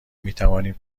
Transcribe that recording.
میتوانیم